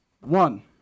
One